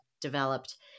developed